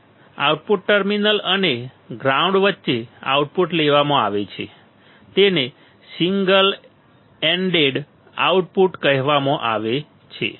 હવે output terminal અને ground વચ્ચે આઉટપુટ લેવામાં આવે છે તેને સિંગલ એન્ડેડ આઉટપુટ કહેવામાં આવે છે